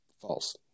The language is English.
False